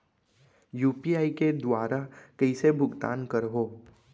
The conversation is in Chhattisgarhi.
यू.पी.आई के दुवारा कइसे भुगतान करहों?